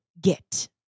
get